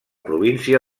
província